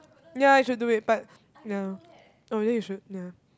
ya you should do it but ya oh then you should ya